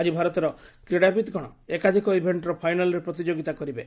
ଆଜି ଭାରତର କ୍ରୀଡ଼ାବିତ୍ଗଣ ଏକାଧିକ ଇଭେଷ୍ଟର ଫାଇନାଲ୍ରେ ପ୍ରତିଯୋଗିତା କରିବେ